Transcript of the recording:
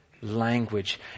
language